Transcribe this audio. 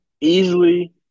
Easily